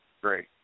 Great